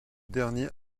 dernier